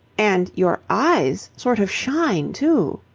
and your eyes sort of shine, too.